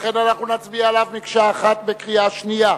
ולכן נצביע עליו מקשה אחת בקריאה שנייה.